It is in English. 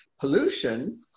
pollution